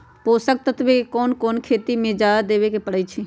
पोषक तत्व क कौन कौन खेती म जादा देवे क परईछी?